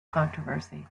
controversy